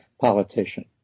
politician